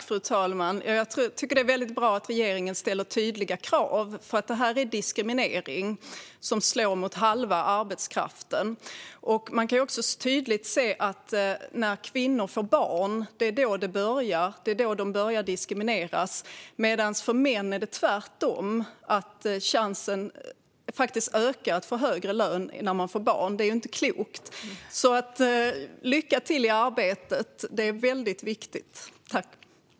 Fru talman! Jag tycker att det är väldigt bra att regeringen ställer tydliga krav, för detta är diskriminering som slår mot halva arbetskraften. Man kan tydligt se att det hela börjar när kvinnor får barn. Det är då de börjar diskrimineras. För män är det dock tvärtom: Chansen att få högre lön ökar faktiskt när de får barn. Det är ju inte klokt! Lycka till i arbetet, ministern!